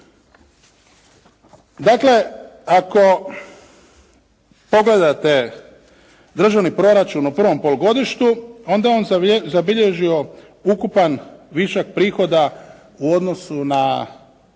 Dakle, ako pogledate državni proračun u prvom polugodištu onda je on zabilježio ukupan višak prihoda u odnosu nad